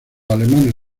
alemanes